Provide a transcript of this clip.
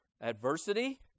adversity